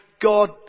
God